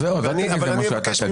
אז אני אגיד מה שאתה תגיד.